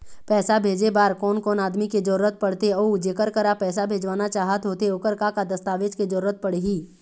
पैसा भेजे बार कोन कोन आदमी के जरूरत पड़ते अऊ जेकर करा पैसा भेजवाना चाहत होथे ओकर का का दस्तावेज के जरूरत पड़ही?